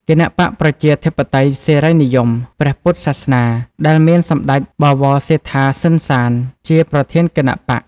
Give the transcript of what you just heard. គណបក្សប្រជាធិបតេយ្យសេរីនិយម ព្រះពុទ្ធសាសនា ដែលមានសម្តេចបវរសេដ្ឋា សឺន សាន ជាប្រធានគណបក្ស។